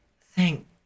thank